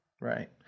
right